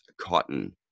Cotton